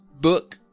book